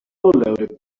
loaded